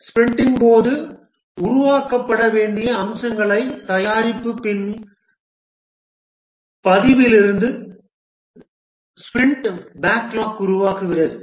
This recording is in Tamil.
ஸ்பிரிண்டின் போது உருவாக்கப்பட வேண்டிய அம்சங்களை தயாரிப்பு பின் பதிவிலிருந்து ஸ்பிரிண்ட் பேக்லாக் உருவாகிறது